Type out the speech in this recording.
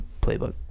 playbook